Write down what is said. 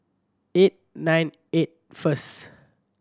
eight nine eight first